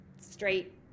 straight